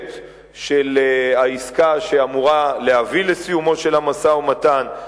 של העסקה שאמורה להביא לסיומו של המשא-ומתן.